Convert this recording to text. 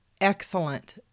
excellent